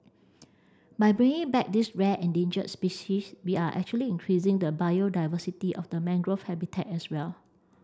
by bringing back this rare endangered species we are actually increasing the biodiversity of the mangrove habitat as well